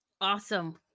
Awesome